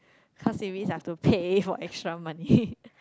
cause it means I have to pay for extra money